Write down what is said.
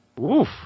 Oof